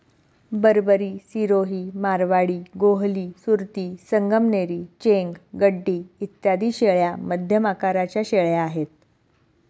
बरबरी, सिरोही, मारवाडी, गोहली, सुरती, संगमनेरी, चेंग, गड्डी इत्यादी शेळ्या मध्यम आकाराच्या शेळ्या आहेत